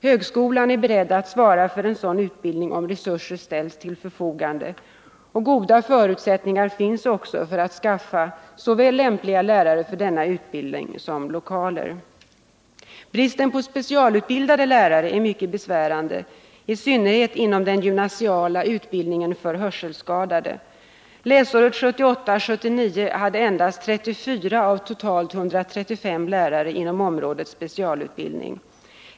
Högskolan är beredd att svara för en sådan utbildning om resurser ställs till förfogande. Goda förutsättningar finns också att skaffa såväl lämpliga lärare för denna utbildning som lokaler. Bristen på specialutbildade lärare är mycket besvärande, i synnerhet inom den gymnasiala utbildningen för hörselskadade. Läsåret 1978/79 hade endast 34 av totalt 135 lärare inom området specialutbildning.